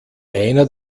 einer